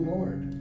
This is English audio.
Lord